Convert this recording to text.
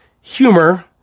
Humor